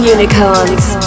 Unicorns